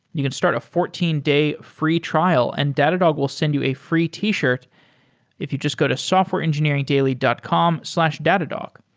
you can start a fourteen day free trial and datadog will send you a free t-shirt if you just go to softwareengineeringdaily dot com slash datadog.